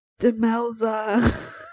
Demelza